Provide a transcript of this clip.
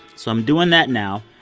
so i'm doing that now.